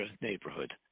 neighborhood